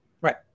Right